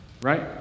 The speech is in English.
right